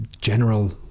general